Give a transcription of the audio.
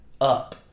up